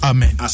Amen